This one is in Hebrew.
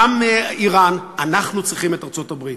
גם איראן, אנחנו צריכים את ארצות-הברית.